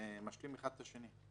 זה משלים אחד את השני.